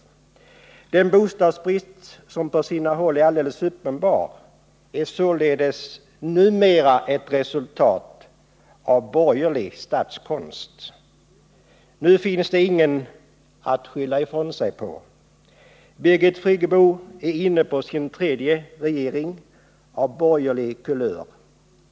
Bostadsbristen, som på sina håll är alldeles uppenbar, är således numera ett resultat av borgerlig statskonst. Nu finns det ingen att skylla ifrån sig på. Birgit Friggebo är inne på sin tredje regering av borgerlig kulör.